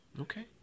Okay